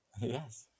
yes